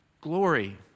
Glory